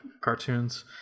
cartoons